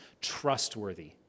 trustworthy